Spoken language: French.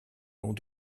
long